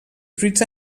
fruits